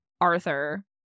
Arthur